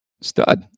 stud